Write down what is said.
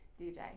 DJ